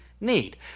need